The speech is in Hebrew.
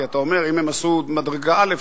כי אתה אומר: אם הם עשו מדרגה א',